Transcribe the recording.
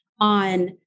on